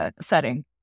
setting